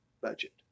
budget